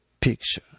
picture